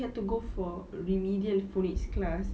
he had to go for remedial phonics class